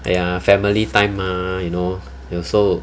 !aiya! family time mah you know 有时候